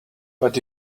but